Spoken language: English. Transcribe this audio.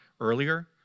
earlier